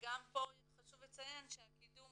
גם פה חשוב לציין שהקידום